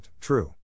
true